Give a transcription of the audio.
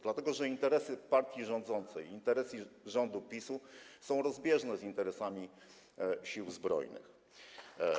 Dlatego że interesy partii rządzącej, interesy rządu PiS-u są rozbieżne z interesami Sił Zbrojnych.